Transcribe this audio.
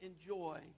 enjoy